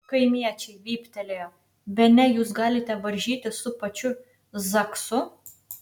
kaimiečiai vyptelėjo bene jūs galite varžytis su pačiu zaksu